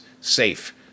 safe